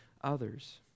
others